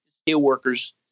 steelworkers